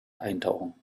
eintauchen